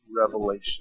revelation